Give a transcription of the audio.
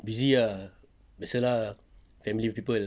busy ah biasa lah family people